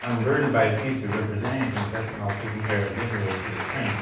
unburdened by its need to represent anything, that's been all taken care of digitally to the print.